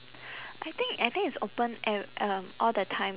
I think I think it's open eve~ um all the time